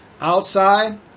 Outside